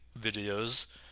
videos